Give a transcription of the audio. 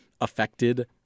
affected